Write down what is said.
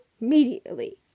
immediately